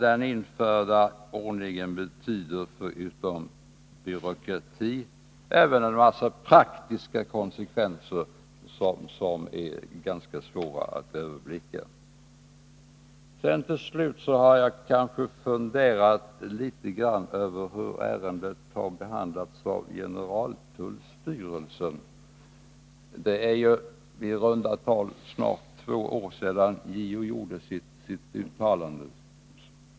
Den nu införda ordningen betyder förutom ökad byråkrati även en massa praktiska konsekvenser som är ganska svåra att överblicka. Jag har funderat litet över hur ärendet har behandlats av generaltullstyrelsen. Det är snart två år sedan JO gjorde sitt uttalande.